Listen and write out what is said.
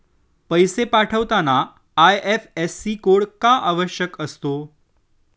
पैसे पाठवताना IFSC code का आवश्यक असतो?